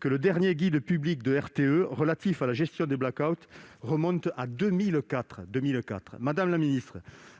que le dernier guide public de RTE relatif à la gestion des blackouts remonte à 2004.